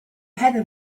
heather